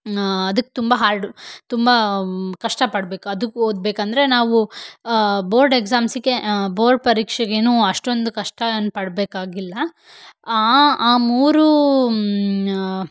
ಅದಕ್ಕೆ ತುಂಬ ಹಾರ್ಡ್ ತುಂಬ ಕಷ್ಟ ಪಡ್ಬೇಕು ಅದಕ್ಕೆ ಓದಬೇಕಂದ್ರೆ ನಾವು ಬೋರ್ಡ್ ಎಗ್ಸಾಮ್ಸಿಗೆ ಬೋರ್ಡ್ ಪರೀಕ್ಷೆಗೆನೂ ಅಷ್ಟೊಂದು ಕಷ್ಟ ಏನು ಪಡಬೇಕಾಗಿಲ್ಲ ಆ ಆ ಮೂರೂ